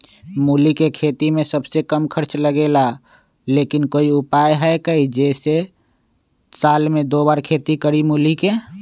मूली के खेती में सबसे कम खर्च लगेला लेकिन कोई उपाय है कि जेसे साल में दो बार खेती करी मूली के?